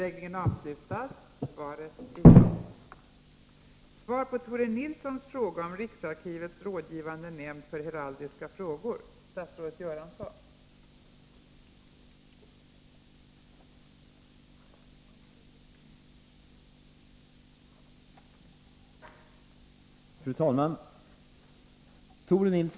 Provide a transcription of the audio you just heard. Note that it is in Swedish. Nämndens ledamöter är ännu ej tillsatta, varigenom vissa ärendens handläggning fördröjts.